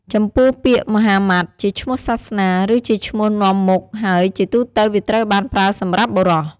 ចំពោះពាក្យម៉ូហាម៉ាត់ ជាឈ្មោះសាសនា ឬជាឈ្មោះនាំមុខ ហើយជាទូទៅវាត្រូវបានប្រើសម្រាប់បុរស។